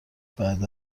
بعد